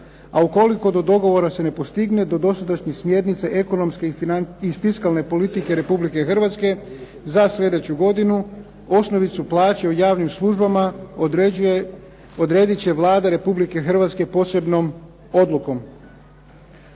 A ukoliko do dogovora se ne postigne do dosadašnje smjernice ekonomske i fiskalne politike Republike Hrvatske za sljedeću godinu osnovicu plaće u javnim službama odredit će Vlada Republike Hrvatske posebnom odlukom.